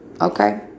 Okay